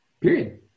Period